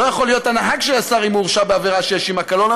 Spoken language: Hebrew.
אם הוא הורשע בעבירה שיש עימה קלון,